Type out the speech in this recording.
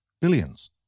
billions